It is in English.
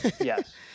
Yes